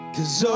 Cause